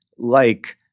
like,